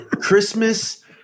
Christmas